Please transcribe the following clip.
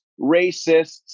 racists